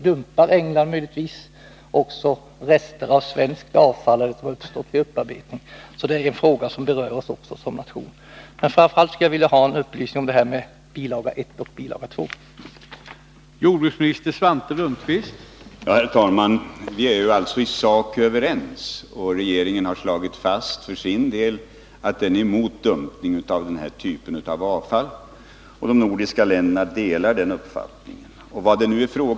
Dumpar engelsmännen möjligtvis också rester som har uppstått vid upparbetningen av svenskt avfall? Också det är en fråga som berör oss som nation, men framför allt skulle jag vilja ha en upplysning om regeringens inställning till överflyttning från bil. 2 till bil. 1.